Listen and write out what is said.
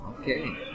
Okay